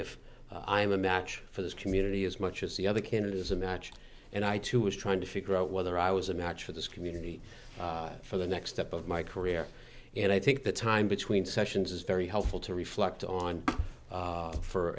if i'm a match for this community as much as the other candidate is a match and i too was trying to figure out whether i was a match for this community for the next step of my career and i think the time between sessions is very helpful to reflect on